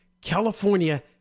California